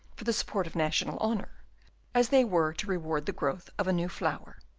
for the support of national honour as they were to reward the growth of a new flower,